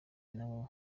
nawe